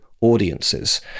audiences